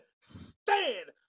stand